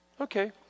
Okay